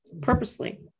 purposely